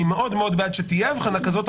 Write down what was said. אני מאוד מאוד שתהיה אבחנה כזאת,